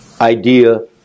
idea